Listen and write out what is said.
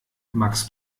magst